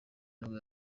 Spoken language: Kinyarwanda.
nibwo